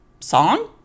song